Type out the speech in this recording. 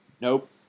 Nope